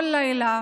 כל לילה